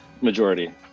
Majority